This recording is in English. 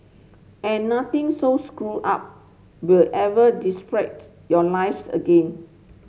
and nothing so screwed up will ever disrupt your lives again